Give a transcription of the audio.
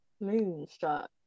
Moonstruck